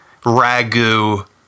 ragu